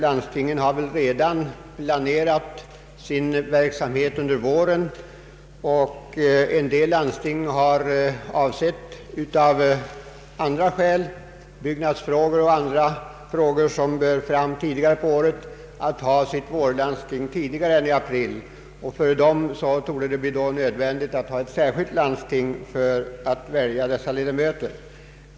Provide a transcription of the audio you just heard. Landstingen har väl redan planerat sin verksamhet för våren, och en del landsting har av andra skäl — byggnadsfrågor och annat som bör komma fram tidigare på året — avsett att hålla sitt vårlandsting tidigare än i april. För dem torde det då bli nödvändigt att ha ett särskilt landsting för att välja dessa ledamöter.